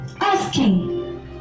asking